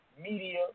media